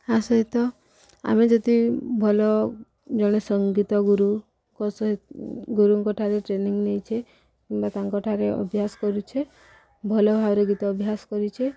ତା' ସହିତ ଆମେ ଯଦି ଭଲ ଜଣେ ସଙ୍ଗୀତ ଗୁରୁଙ୍କ ସତ ଗୁରୁଙ୍କଠାରେ ଟ୍ରେନିଂ ନେଇଛେ କିମ୍ବା ତାଙ୍କଠାରେ ଅଭ୍ୟାସ କରୁଛେ ଭଲ ଭାବରେ ଗୀତ ଅଭ୍ୟାସ କରିଛେ